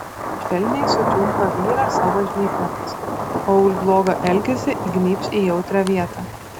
švelniai sučiumpa vyrą savo žnyplėmis o už blogą elgesį įgnybs į jautrią vietą